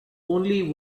only